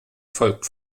folgt